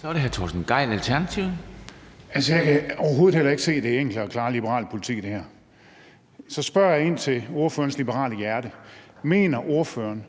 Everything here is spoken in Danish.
Kl. 16:03 Torsten Gejl (ALT): Altså, jeg kan overhovedet heller ikke se, at det her er enkel og klar liberal politik. Så spørger jeg ind til ordførerens liberale hjerte: Mener ordføreren,